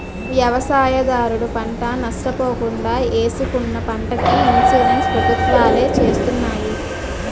వ్యవసాయదారుడు పంట నష్ట పోకుండా ఏసుకున్న పంటకి ఇన్సూరెన్స్ ప్రభుత్వాలే చేస్తున్నాయి